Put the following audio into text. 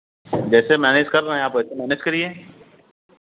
जैसे मैनेज कर रहें आप वैसे मैनेज करिए